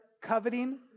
coveting